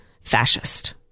Fascist